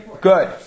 good